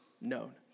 known